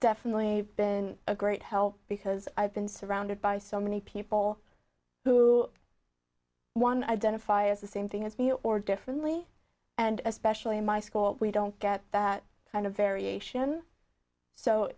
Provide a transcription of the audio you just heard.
definitely been a great help because i've been surrounded by so many people who one identify is the same thing as me or differently and especially in my school we don't get that kind of variation so